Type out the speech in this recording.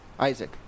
Isaac